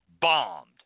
bombed